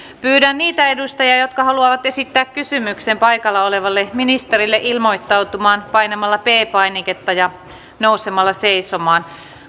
pyydän niitä edustajia jotka haluavat esittää kysymyksen paikalla olevalle ministerille ilmoittautumaan painamalla p painiketta ja nousemalla seisomaan